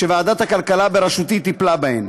שוועדת הכלכלה בראשותי טיפלה בהן: